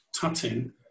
tutting